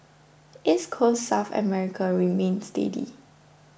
East Coast South America remained steady